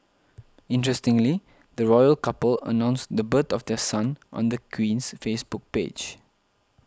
interestingly the royal couple announced the birth of their son on the Queen's Facebook page